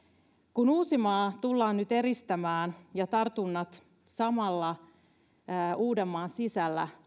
kun uusimaa tullaan nyt eristämään ja samalla tartunnat uudenmaan sisällä